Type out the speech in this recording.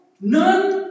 none